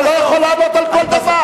אתה לא יכול לענות על כל דבר.